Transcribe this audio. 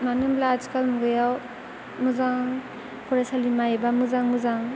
मानो होनब्ला आथिखाल मुगायाव मोजां फरायसालिमा एबा मोजां मोजां